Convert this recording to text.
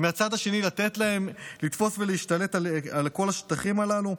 ומהצד השני לתת להם לתפוס ולהשתלט על כל השטחים הללו?